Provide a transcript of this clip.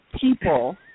people